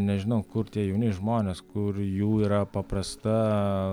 nežinau kur tie jauni žmonės kur jų yra paprasta